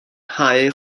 nghae